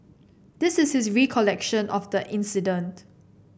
this is his recollection of the incident